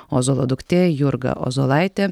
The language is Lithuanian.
ozolo duktė jurga ozolaitė